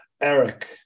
Eric